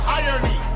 irony